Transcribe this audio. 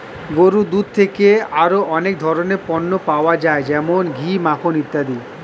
গরুর দুধ থেকে আরো অনেক ধরনের পণ্য পাওয়া যায় যেমন ঘি, মাখন ইত্যাদি